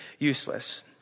useless